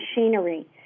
machinery